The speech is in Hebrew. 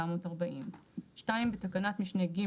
440. (2) בתקנות משנה (ג),